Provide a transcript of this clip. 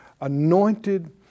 Anointed